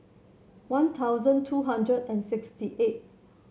One Thousand two hundred and sixty eight